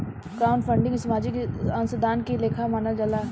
crowdfunding सामाजिक अंशदान के लेखा मानल जाला